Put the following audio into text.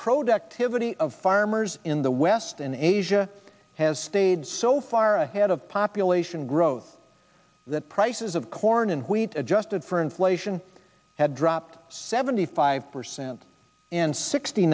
productivity of farmers in the west in asia has stayed so far ahead of population growth that prices of corn and wheat adjusted for inflation have dropped seventy five percent and sixty